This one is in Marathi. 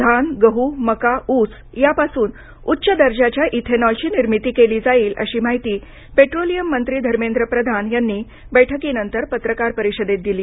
धान गहू मका ऊस या पासून उच्च दर्जाच्या इथेनॉलची निर्मिती केली जाईल अशी माहिती पेट्रोलियम मंत्री धर्मेंद्र प्रधान यांनी बैठकीनंतर पत्रकार परिषदेत दिली